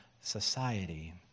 society